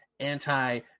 anti